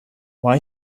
why